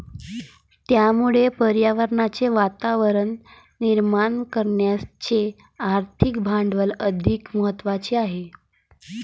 त्यामुळे पर्यावरणाचे वातावरण निर्माण करण्याचे आर्थिक भांडवल अधिक महत्त्वाचे आहे